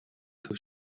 төв